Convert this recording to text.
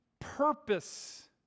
purpose